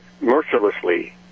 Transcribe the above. mercilessly